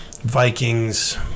Vikings